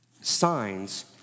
signs